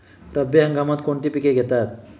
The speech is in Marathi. रब्बी हंगामात कोणती पिके घेतात?